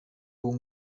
ubu